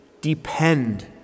depend